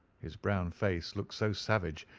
his brown face looked so savage,